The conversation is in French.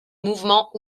mouvement